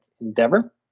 Endeavor